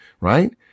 right